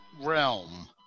realm